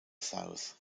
south